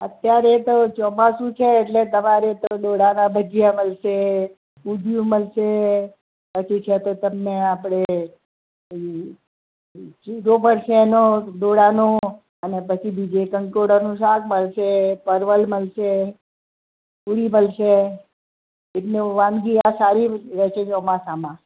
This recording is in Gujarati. અત્યારે તો ચોમાસું છે એટલે તમારે તો ડોડાનાં ભજીયા મળશે ઊંધિયું મળશે પછી છે તો તમને આપણે શીરો મળશે એનો ડોડાનો અને પછી બીજું કંકોડાનું શાક મળશે પરવળ મળશે કોબીજ મળશે એટલે વાનગી આ સારી રહે છે ચોમાસામાં